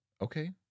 okay